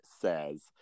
says